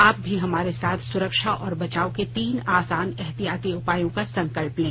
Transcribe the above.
आप भी हमारे साथ सुरक्षा और बचाव के तीन आसान एहतियाती उपायों का संकल्प लें